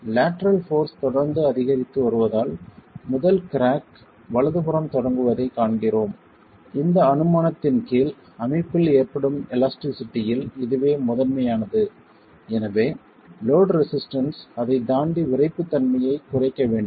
lateral force தொடர்ந்து அதிகரித்து வருவதால் முதல் கிராக் வலதுபுறம் தொடங்குவதைக் காண்கிறோம் இந்த அனுமானத்தின் கீழ் அமைப்பில் ஏற்படும் எலாஸ்டிஸிட்டியில் இதுவே முதன்மையானது எனவே லோட் ரெசிஸ்டன்ஸ் அதைத் தாண்டி விறைப்புத் தன்மையைக் குறைக்க வேண்டும்